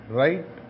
right